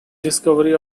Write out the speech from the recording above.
discovery